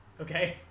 Okay